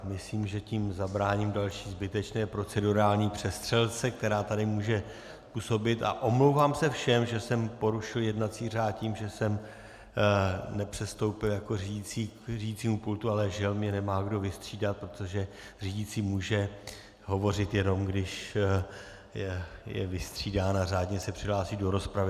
Myslím, že tím zabráním další zbytečné procedurální přestřelce, která tady může působit, a omlouvám se všem, že jsem porušil jednací řád tím, že jsem nepředstoupil k řídicímu pultu, ale žel, mě nemá kdo vystřídat, protože řídící může hovořit, jenom když je vystřídán, a řádně se přihlásit do rozpravy.